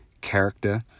character